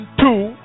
two